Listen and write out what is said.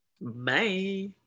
bye